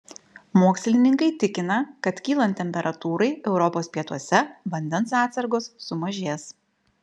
mokslininkai tikina kad kylant temperatūrai europos pietuose vandens atsargos sumažės